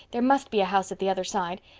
there must be a house at the other side.